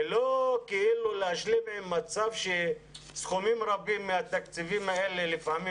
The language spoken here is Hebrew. ולא להשלים עם מצב שסכומים רבים מהתקציבים האלה לפעמים